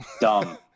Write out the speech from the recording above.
dumb